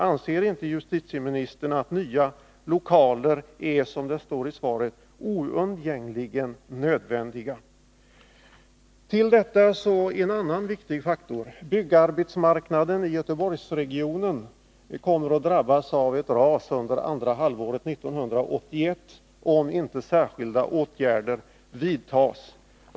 Anser inte justitieministern att nya lokaler är, som det står i svaret, oundgängligen nödvändiga? Till detta kommer en annan viktig faktor. Byggarbetsmarknaden i Göteborgsregionen kommer att drabbas av ett ras under andra halvåret 1981 om inte särskilda åtgärder vidtas.